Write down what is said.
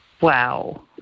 wow